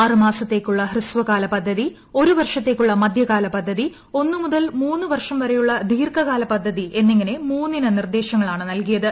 ആറ് മാസത്തേയ്ക്കുള്ള ഹ്രസ്വകാല പദ്ധതി ഒരു വർഷത്തേയ്ക്കുള്ള മധ്യകാല പദ്ധതി ഒന്ന് മുതൽ മൂന്ന് വർഷം വരെയുള്ള ദീർഘകാല പദ്ധതി എന്നിങ്ങനെ മൂന്നിന നിർദ്ദേശങ്ങളാണ് നൽകിയത്